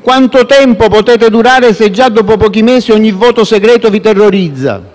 quanto tempo potete durare, se già dopo pochi mesi ogni voto segreto vi terrorizza?